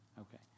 Okay